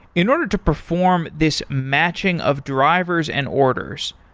in order to perform this matching of drivers and orders,